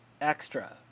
extra